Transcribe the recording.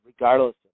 regardless